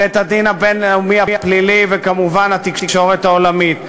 בית-הדין הבין-לאומי הפלילי וכמובן התקשורת העולמית.